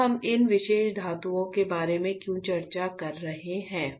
अब हम इन विशेष धातुओं के बारे में क्यों चर्चा कर रहे हैं